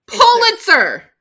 Pulitzer